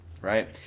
Right